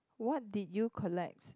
what did you collect